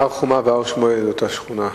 הר-חומה והר-שמואל זה אותה שכונה.